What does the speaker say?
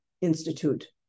Institute